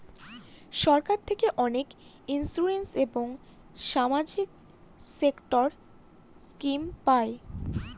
সরকার থেকে অনেক ইন্সুরেন্স এবং সামাজিক সেক্টর স্কিম পায়